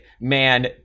man